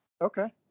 okay